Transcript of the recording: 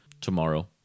tomorrow